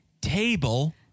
table